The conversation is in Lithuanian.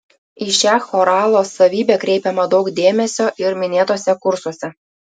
į šią choralo savybę kreipiama daug dėmesio ir minėtuose kursuose